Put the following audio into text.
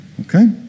Okay